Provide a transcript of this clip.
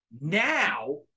now